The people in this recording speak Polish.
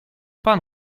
pan